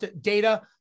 data